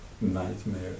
Nightmare